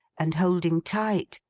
and holding tight,